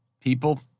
people